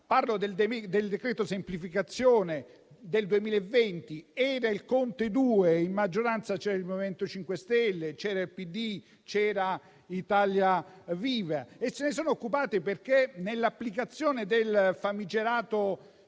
Parlo del decreto semplificazioni del 2020, fatto dal Governo Conte II; in maggioranza c'erano il MoVimento 5 Stelle, il PD e Italia Viva. Se ne sono occupati perché, nell'applicazione del famigerato